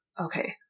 okay